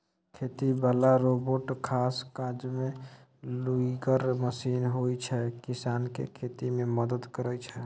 खेती बला रोबोट खास काजमे लुरिगर मशीन होइ छै किसानकेँ खेती मे मदद करय छै